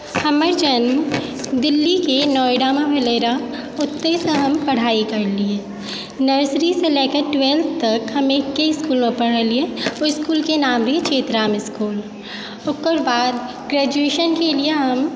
हमर जन्म दिल्लीके नोएडामे भेलय र ओतएसँ हम पढाइ करलिए नर्सरीसँ लए के टुएल्थ तक हम एके इस्कूलमे पढ़लियै ओहि इस्कूलके नाम रहय चेतराम इस्कूल ओकर बाद ग्रेजुएशनके लिए हम